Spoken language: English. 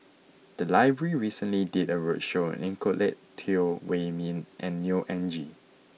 the library recently did a roadshow on Nicolette Teo Wei min and Neo Anngee